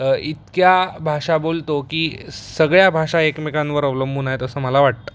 इतक्या भाषा बोलतो की सगळ्या भाषा एकमेकांवर अवलंबून आहेत असं मला वाटतं